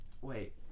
Wait